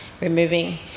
removing